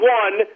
one